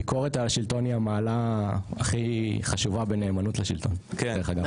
ביקורת על השלטון היא המעלה הכי חשובה בנאמנות לשלטון דרך אגב.